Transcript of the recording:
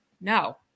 no